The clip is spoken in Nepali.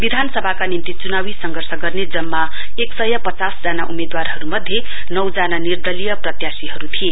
विधानसभाका निम्ति च्नावी संघर्ष गर्ने जम्मा एकसय पचास जना उम्मेदवारहरुमध्ये नौजना निर्दलीय प्रत्यशीहरु थिए